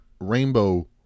rainbow